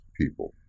people